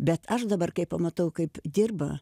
bet aš dabar kai pamatau kaip dirba